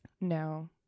No